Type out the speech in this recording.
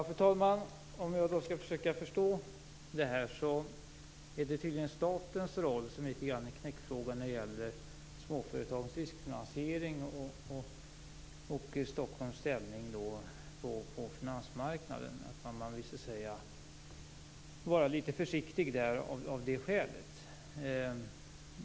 Fru talman! Jag skall försöka förstå detta. Det är tydligen statens roll som är knäckfrågan när det gäller småföretagens riskfinansiering och Stockholms ställning på finansmarknaden. Man vill vara litet försiktig av det skälet.